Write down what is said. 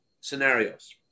scenarios